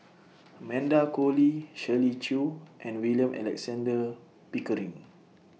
Amanda Koe Lee Shirley Chew and William Alexander Pickering